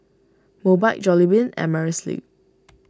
Mobike Jollibean and Amerisleep